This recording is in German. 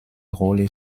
rolle